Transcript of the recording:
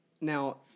Now